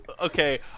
okay